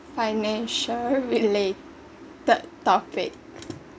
financial related topic